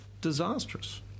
Disastrous